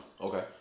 Okay